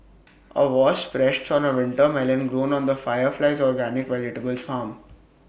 A wasp rests on A winter melon grown on the fire flies organic vegetables farm